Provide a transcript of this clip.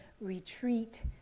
retreat